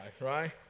right